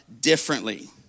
differently